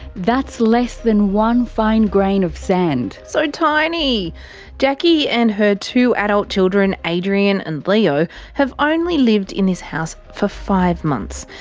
that's less than one fine grain of sand. so tiny! so jackie and her two adult children adrian and leo have only lived in this house for five months.